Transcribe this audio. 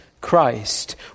Christ